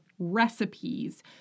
recipes